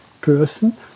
person